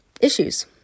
issues